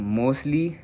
mostly